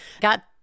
got